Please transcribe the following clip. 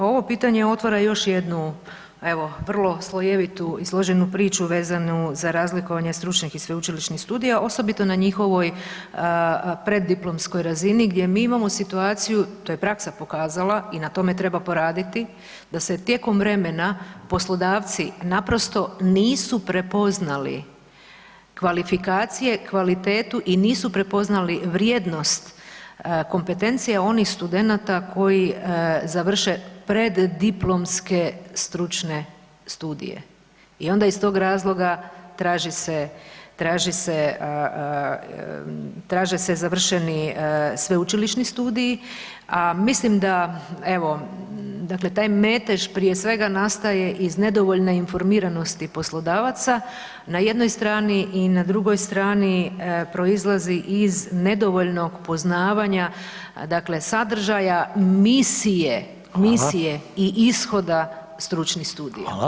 Ovo pitanje otvara još jednu evo, vrlo slojevitu i složenu priču vezano za razlikovanje stručnih i sveučilišnih studija, osobito na njihovoj preddiplomskoj razini gdje mi imamo situaciju, to je praksa pokazala i na tome treba poraditi da se tijekom vremena poslodavci naprosto nisu prepoznali kvalifikacije, kvalitetu i nisu prepoznali vrijednost kompetencija onih studenata koji završe preddiplomske stručne studije i onda iz tog razloga traži se završeni sveučilišni studiji, a mislim da, evo, dakle taj metež, prije svega, nastaje iz nedovoljne informiranosti poslodavaca na jednoj strani i na drugoj strani, proizlazi iz nedovoljnog poznavanja dakle sadržaja misije i [[Upadica: Hvala.]] ishoda stručnih studija.